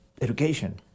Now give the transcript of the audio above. Education